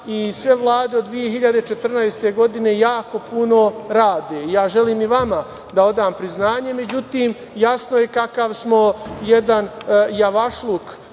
i sve Vlade od 2014. godine jako puno rade i ja želim i vama da odam priznanje. Međutim, jasno je kakav smo jedan javašluk